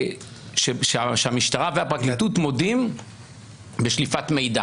שהמשטרה והפרקליטות מודים בשליפת מידע,